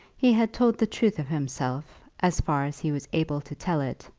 he had told the truth of himself, as far as he was able to tell it,